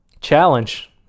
Challenge